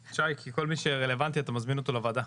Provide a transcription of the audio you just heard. שי, כי כל מי שרלוונטי אתה מזמין אותו לוועדה.